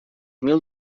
mil